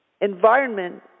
environment